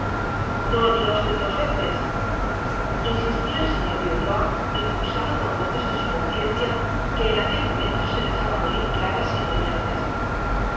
no lo diga usted dos veces insistió el señor de ulloa impulsado por voces de su conciencia que en aquel momento se dejaban oír claras y apremiantes